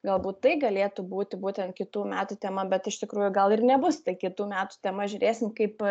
galbūt tai galėtų būti būtent kitų metų tema bet iš tikrųjų gal ir nebus tai kitų metų tema žiūrėsim kaip